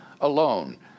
alone